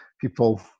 people